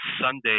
Sunday